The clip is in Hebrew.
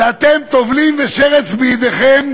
ואתם טובלים ושרץ בידכם.